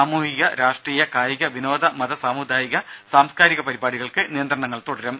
സാമൂഹിക രാഷ്ട്രീയ കായിക വിനോദ മത സാമുദായിക സാംസ്കാരിക പരിപാടികൾക്ക് നിയന്ത്രണങ്ങൾ തുടരും